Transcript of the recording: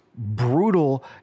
brutal